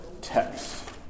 text